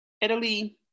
Italy